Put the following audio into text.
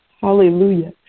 Hallelujah